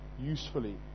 usefully